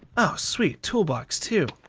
oh sweet toolbox too.